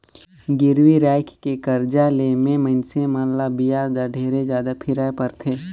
गिरवी राखके करजा ले मे मइनसे मन ल बियाज दर ढेरे जादा फिराय परथे